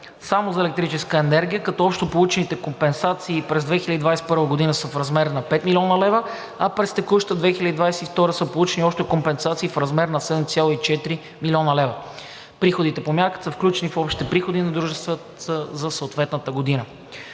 само за електрическа енергия, като общо получените компенсации през 2021 г. са в размер на 5 млн. лв., а през текущата 2022 г. са получени още компенсации в размер 7,4 млн. лв. Приходите по мярката са включени в общите приходи на дружествата за съответната година.